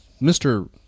Mr